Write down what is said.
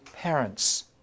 parents